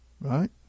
right